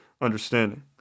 understanding